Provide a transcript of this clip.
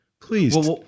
Please